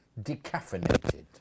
Decaffeinated